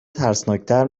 ترسناکتر